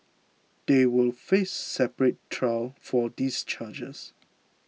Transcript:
they will face a separate trial for these charges